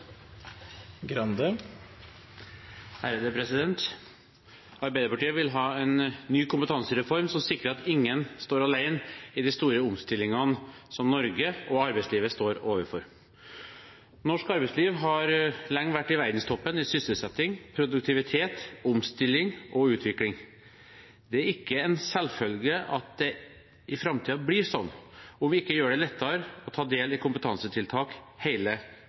Arbeiderpartiet vil ha en ny kompetansereform som sikrer at ingen står alene i de store omstillingene som Norge og arbeidslivet står overfor. Norsk arbeidsliv har lenge vært i verdenstoppen i sysselsetting, produktivitet, omstilling og utvikling. Det er ikke en selvfølge at det i framtiden blir sånn, om vi ikke gjør det lettere å ta del i kompetansetiltak